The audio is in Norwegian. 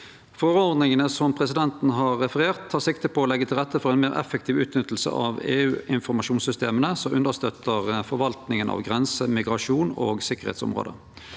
Forordningane presidenten har referert, tek sikte på å leggje til rette for ei meir effektiv utnytting av EU-informasjonssystema som understøttar forvaltninga av grense-, migrasjons- og sikkerheitsområdet.